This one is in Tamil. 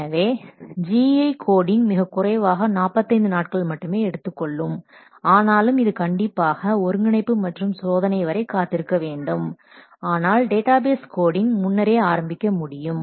எனவே GUI கோடிங் மிகக்குறைவாக 45 நாட்கள் மட்டுமே எடுத்துக்கொள்ளும் ஆனாலும் இது கண்டிப்பாக ஒருங்கிணைப்பு மற்றும் சோதனை வரை காத்திருக்க வேண்டும் ஆனால் டேட்டாபேஸ் கோடிங் முன்னரே ஆரம்பிக்க முடியும்